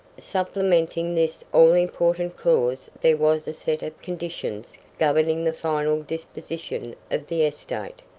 supplementing this all-important clause there was a set of conditions governing the final disposition of the estate.